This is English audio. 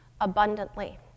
abundantly